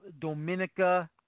Dominica